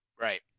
Right